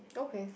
okay